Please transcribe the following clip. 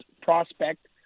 prospect